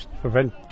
prevent